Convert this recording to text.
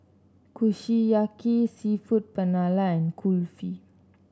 Kushiyaki seafood Paella and Kulfi